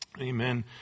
Amen